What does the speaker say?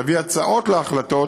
להביא הצעות להחלטות